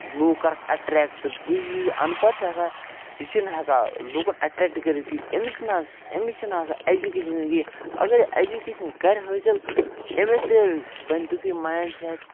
لوٗکھ کَرکھ اَٹریکٹہٕ بہٕ چھُس یُس یہِ اَنپڑھ چھُ آسان یہِ چھُ نہٕ ہٮ۪کان لوٗکَن اَٹریٚکٹہٕ کٔرِتھ کیٚنٛہہ أمِس چھِ نہٕ حظ أمِس چھِ نہٕ آسان ایٚجوٗکیشَن کیٚنٛہہ اگرے ایٚجوٗکیشَن کَرِ حٲصِل أمِس تہِ بَنہِ تِتھُے مایِنٛڈ سیٚٹ